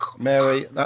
Mary